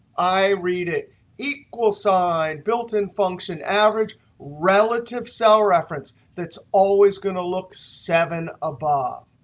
i read it equal sign, built-in function, average, relative cell reference. that's always going to look seven above.